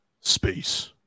Space